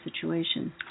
situation